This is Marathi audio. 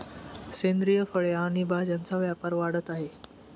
सेंद्रिय फळे आणि भाज्यांचा व्यापार वाढत आहे